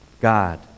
God